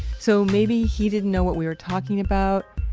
so maybe he didn't know what we were talking about,